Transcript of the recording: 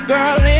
Girl